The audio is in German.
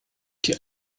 die